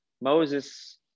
moses